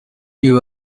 you